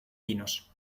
pinos